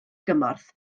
gymorth